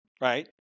Right